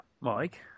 Mike